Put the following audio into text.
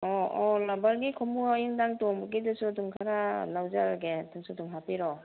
ꯑꯣ ꯑꯣ ꯔꯕꯔꯒꯤ ꯈꯣꯡꯎꯞ ꯑꯌꯨꯛ ꯅꯨꯡꯗꯥꯡ ꯇꯣꯡꯕꯒꯤꯗꯨꯁꯨ ꯑꯗꯨꯝ ꯈꯔ ꯂꯧꯖꯔꯒꯦ ꯑꯗꯨꯁꯨ ꯑꯗꯨꯝ ꯍꯥꯞꯄꯤꯔꯛꯑꯣ